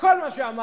שכל מה שאמרנו,